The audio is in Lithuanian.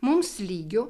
mums lygiu